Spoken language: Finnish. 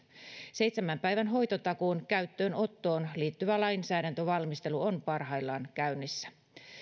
seitsemän päivän hoitotakuun käyttöönottoon liittyvä lainsäädäntövalmistelu on parhaillaan käynnissä